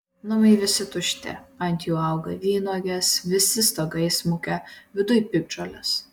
namai visi tušti ant jų auga vynuogės visi stogai įsmukę viduj piktžolės